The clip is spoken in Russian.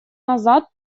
назад